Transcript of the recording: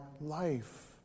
life